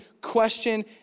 question